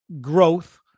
growth